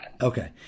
Okay